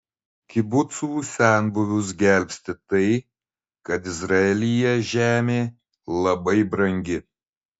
kibucų senbuvius gelbsti tai kad izraelyje žemė labai brangi